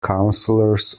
councillors